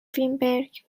وینبرگ